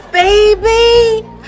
Baby